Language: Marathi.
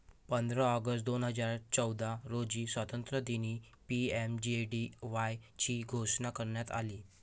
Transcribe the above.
पंधरा ऑगस्ट दोन हजार चौदा रोजी स्वातंत्र्यदिनी पी.एम.जे.डी.वाय ची घोषणा करण्यात आली